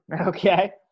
Okay